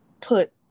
put